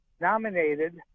nominated